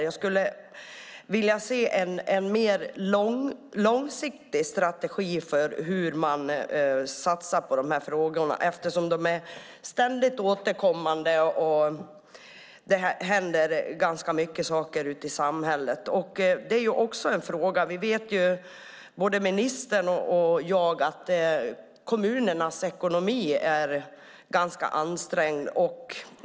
Jag skulle vilja se en mer långsiktig strategi för hur man satsar på dessa frågor eftersom de är ständigt återkommande och eftersom det händer mycket saker ute i samhället. Både ministern och jag vet också att kommunernas ekonomi är ansträngd.